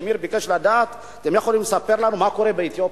שמיר ביקש שנספר מה קורה באתיופיה.